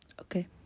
okay